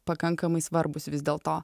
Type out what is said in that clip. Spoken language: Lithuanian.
pakankamai svarbūs vis dėl to